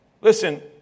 Listen